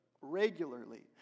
regularly